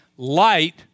Light